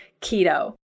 KETO